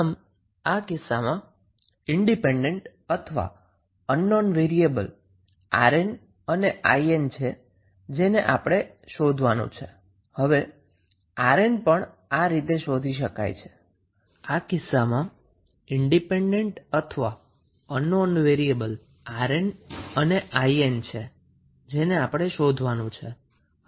આમ આ કિસ્સામાં ઈન્ડીપેન્ડન્ટ અથવા અન્નોન વેરીએબલ 𝑅𝑁 અને 𝐼𝑁 છે જેને આપણે શોધવાના છે